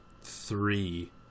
three